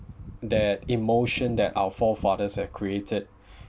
that emotion that our forefathers are created